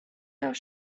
nach